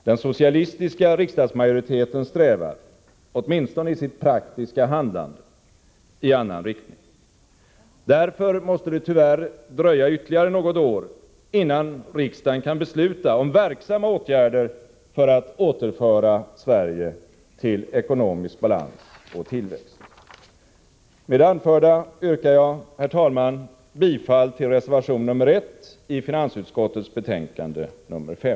Den socialistiska riksdagsmajoriteten strävar — åtminstone i sitt praktiska handlande — i annan riktning. Därför måste det tyvärr dröja ytterligare något år, innan riksdagen kan besluta om verksamma åtgärder för att återföra Sverige till ekonomisk balans och tillväxt. Med det anförda yrkar jag, herr talman, bifall till reservation nr 1 i finansutskottets betänkande nr 5.